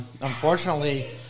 unfortunately